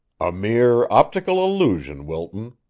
a mere optical illusion, wilton.